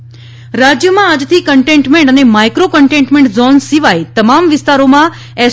T રાજ્યમાં આજથી containment અને માઇક્રો કન્ટેન્ટમેન્ટ ઝોન સિવાય તમામ વિસ્તારોમાં એસ